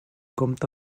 comte